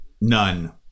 None